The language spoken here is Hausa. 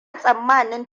tsammanin